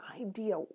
idea